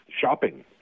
shopping